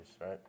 right